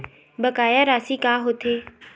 बकाया राशि का होथे?